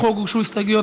לחוק הוגשו הסתייגויות,